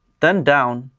then down,